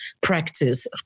practice